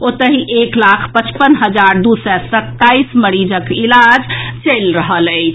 ओतहि एक लाख पचपन हजार दू सय सताईस मरीजक इलाज चलि रहल अछि